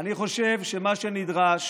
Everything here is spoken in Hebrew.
אני חושב שמה שנדרש